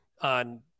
on